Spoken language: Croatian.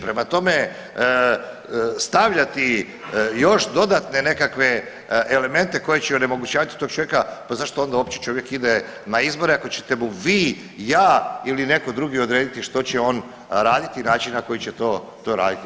Prema tome, stavljati još dodatne nekakve elemente koji će onemogućavati tog čovjeka, pa zašto onda uopće čovjek ide na izbore ako ćete mu vi, ja ili neko drugi odrediti što će on raditi i način na koji će to, to raditi.